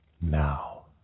Now